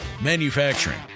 Manufacturing